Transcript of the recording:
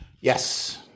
Yes